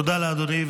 תודה לאדוני.